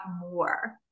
more